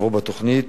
שנקבעו בתוכנית